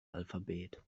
alphabet